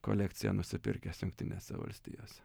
kolekciją nusipirkęs jungtinėse valstijose